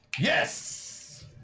Yes